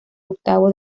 octavo